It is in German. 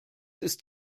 ist